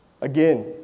Again